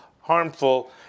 harmful